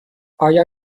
آیا